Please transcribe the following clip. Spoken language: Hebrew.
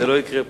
זה לא יקרה פה.